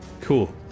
Cool